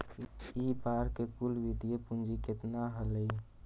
इ बार के कुल वित्तीय पूंजी केतना हलइ?